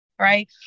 right